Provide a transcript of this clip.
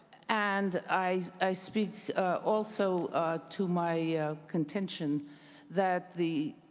and i i speak also to my contention that the